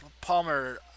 Palmer